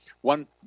One